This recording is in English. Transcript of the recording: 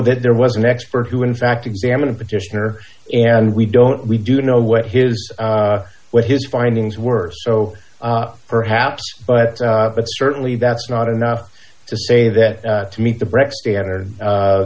that there was an expert who in fact examined petitioner and we don't we do know what his what his findings were so perhaps but but certainly that's not enough to say that to meet the